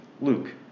Luke